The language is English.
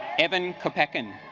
eventhough packin